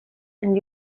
and